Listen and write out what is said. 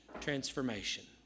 transformation